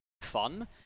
fun